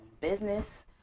business